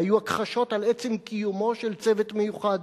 והיו הכחשות על עצם קיומו של צוות מיוחד,